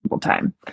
time